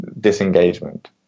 disengagement